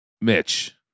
Mitch